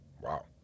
wow